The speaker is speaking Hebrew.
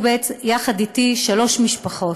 יחד איתי היו שלוש משפחות,